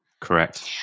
Correct